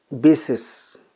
basis